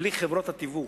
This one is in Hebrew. בלי חברות התיווך,